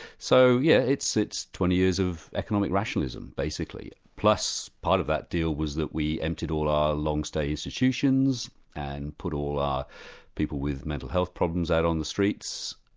so yeah yes, it's twenty years of economic rationalism, basically, plus part of that deal was that we emptied all our long-stay institutions and put all our people with mental health problems out on the streets.